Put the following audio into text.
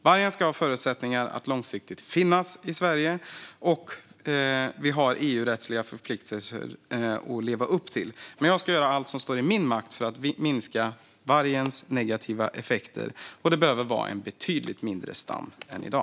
Vargen ska ha förutsättningar att långsiktigt finnas i Sverige, och vi har EU-rättsliga förpliktelser att leva upp till. Men jag ska göra allt som står i min makt för att minska vargens negativa effekter, och det behöver vara en betydligt mindre stam än i dag.